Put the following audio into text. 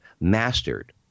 mastered